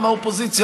גם האופוזיציה,